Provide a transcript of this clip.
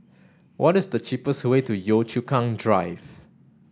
what is the cheapest way to Yio Chu Kang Drive